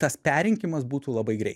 tas perrinkimas būtų labai greit